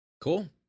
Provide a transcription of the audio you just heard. Cool